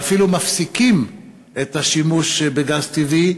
ואפילו מפסיקים את השימוש בגז טבעי,